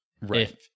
Right